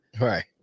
right